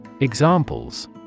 Examples